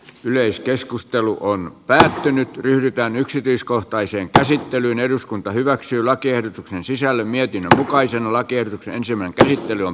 yleiskeskustelu on väsähtynyt pyritään yksityiskohtaiseen käsittelyyn eduskunta hyväksyy lakiehdotuksen sisällön ja tuupaisen lakiehdotuksen silmän ei muuta